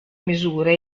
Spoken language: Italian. misure